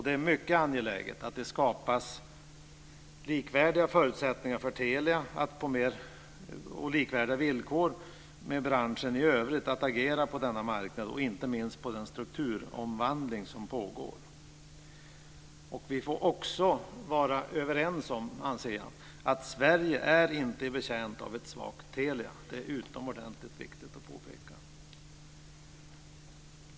Det är mycket angeläget att det skapas samma förutsättningar och villkor för Telia som för branschen i övrigt när det gäller att agera på denna marknad och inte minst när det gäller den strukturomvandling som pågår. Vi får också vara överens om, anser jag, att Sverige inte är betjänt av ett svagt Telia. Det är utomordentligt viktigt att påpeka.